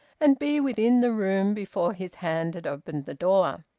and be within the room before his hand had opened the door.